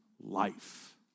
life